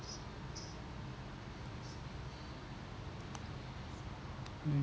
mm